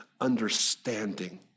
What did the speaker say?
understanding